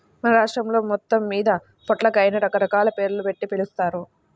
మన రాష్ట్రం మొత్తమ్మీద పొట్లకాయని రకరకాల పేర్లుబెట్టి పిలుస్తారు